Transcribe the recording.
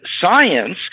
science